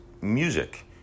music